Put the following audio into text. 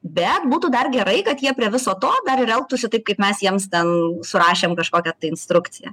bet būtų dar gerai kad jie prie viso to dar ir elgtųsi taip kaip mes jiems ten surašėm kažkokią instrukciją